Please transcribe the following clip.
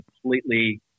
completely